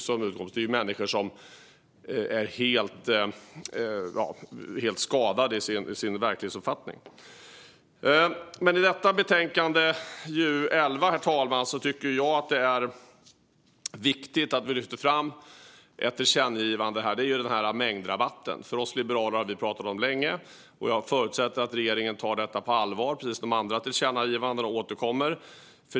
Det är människor som har en helt skadad verklighetsuppfattning. Herr talman! Det är viktigt att lyfta fram ett tillkännagivande i betänkande JuU11. Det gäller mängdrabatten. Vi liberaler har pratat om det länge. Jag förutsätter att regeringen tar detta på allvar, precis som de andra tillkännagivandena, och återkommer.